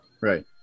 Right